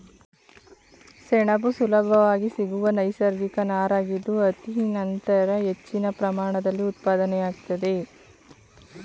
ಸೆಣಬು ಸುಲಭವಾಗಿ ಸಿಗುವ ನೈಸರ್ಗಿಕ ನಾರಾಗಿದ್ದು ಹತ್ತಿ ನಂತರ ಹೆಚ್ಚಿನ ಪ್ರಮಾಣದಲ್ಲಿ ಉತ್ಪಾದನೆಯಾಗ್ತದೆ